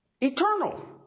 eternal